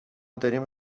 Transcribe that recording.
داریم